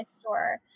store